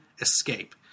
escape